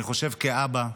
אני חושב כאבא,